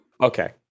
Okay